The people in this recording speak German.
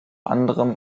anderem